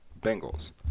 Bengals